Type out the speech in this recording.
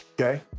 Okay